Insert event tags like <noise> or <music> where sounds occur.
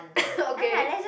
<coughs> okay